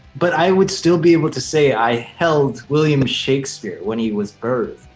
but i would still be able to say i held william shakespeare when he was birthed.